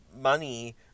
money